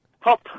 Pop